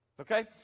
okay